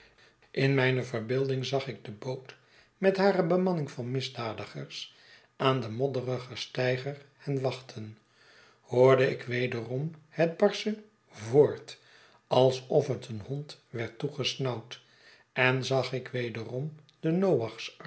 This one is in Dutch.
in mijne verbeelding zag ik de boot met hare bemanning van misdadigers aan den modderigen styger hen wachten hoorde ik wederom het barsche voort alsof het een hond werd toegesnauwd en zag ik wederom den